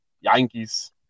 Yankees